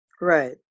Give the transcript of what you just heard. right